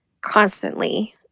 constantly